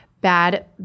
Bad